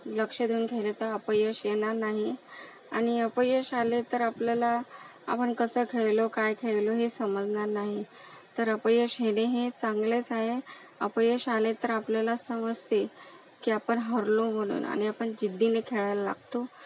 लक्ष देऊन खेळले तर अपयश येणार नाही आणि अपयश आले तर आपल्याला आपण कसं खेळलो काय खेळलो हे समजणार नाही तर अपयश येणे हे चांगलेच आहे अपयश आले तर आपल्याला समजते की आपण हरलो म्हणून आणि आपण जिद्दीने खेळायला लागतो